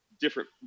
different